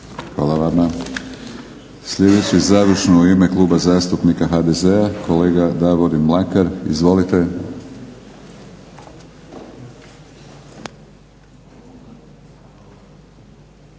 Hvala vama. Sljedeći završno u ime Kluba zastupnika HDZ-a kolega Davorin Mlakar. Izvolite. **Mlakar,